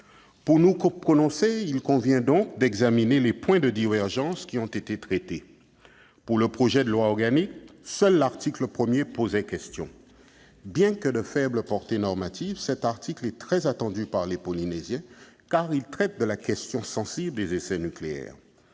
de nous prononcer, il convient donc d'examiner les points de divergence qui ont été traités. Pour le projet de loi organique, seul l'article 1 posait question. Bien que de faible portée normative, cet article est très attendu par les Polynésiens, car il traite de la question sensible des essais nucléaires.